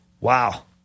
Wow